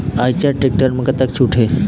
Eicher tractor म कतका छूट हे?